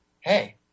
Hey